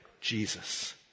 Jesus